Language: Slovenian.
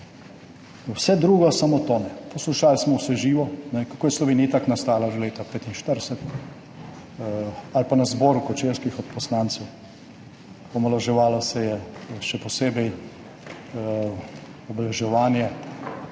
Vse drugo, samo to ne. Poslušali smo vse živo, kako je Slovenija itak nastala že leta 1945 ali pa na zboru kočevskih odposlancev. Omalovaževalo se je še posebej obeleževanje